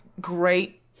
great